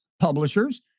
publishers